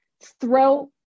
throw